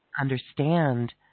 understand